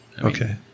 Okay